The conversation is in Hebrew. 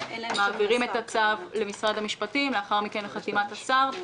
מעבירים את הצו למשרד המשפטים ולאחר מכן לחתימת השר.